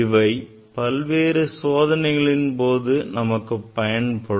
இவை பல்வேறு சோதனைகளின் போது நமக்கு பயன்படும்